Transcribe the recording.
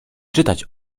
czytać